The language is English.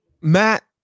Matt